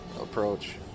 approach